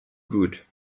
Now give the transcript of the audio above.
good